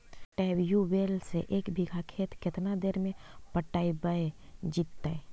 Tubewell से एक बिघा खेत केतना देर में पटैबए जितै?